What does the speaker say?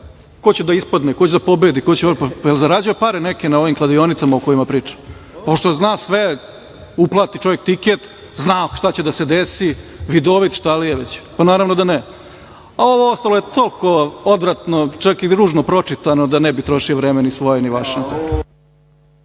ko će da ispadne, ko će da pobedi, jel zarađuje pare neke na ovim kladionicama o kojima priča? Pošto zna sve, uplati čovek tiket, zna šta će da se desi, vidovit, šta li je već. Pa naravno da ne. Ovo ostalo je toliko odvratno, čak i ružno pročitano da ne bih trošio vreme ni svoje ni vaše.